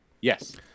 Yes